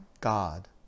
God